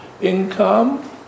income